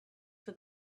for